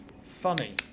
funny